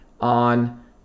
on